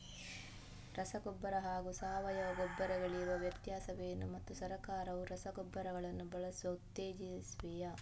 ರಸಗೊಬ್ಬರ ಹಾಗೂ ಸಾವಯವ ಗೊಬ್ಬರ ಗಳಿಗಿರುವ ವ್ಯತ್ಯಾಸವೇನು ಮತ್ತು ಸರ್ಕಾರವು ರಸಗೊಬ್ಬರಗಳನ್ನು ಬಳಸಲು ಉತ್ತೇಜಿಸುತ್ತೆವೆಯೇ?